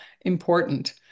important